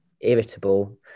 irritable